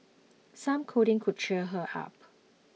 some cuddling could cheer her up